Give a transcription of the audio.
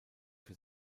für